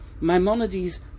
Maimonides